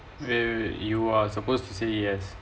where you are supposed to say yes